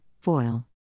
foil